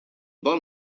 vol